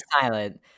silent